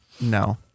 No